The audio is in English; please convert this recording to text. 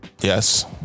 Yes